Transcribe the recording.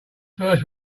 first